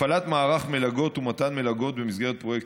הפעלת מערך מלגות ומתן מלגות במסגרת פרויקט